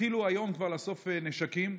התחילו היום כבר לאסוף נשקים.